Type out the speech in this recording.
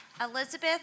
Elizabeth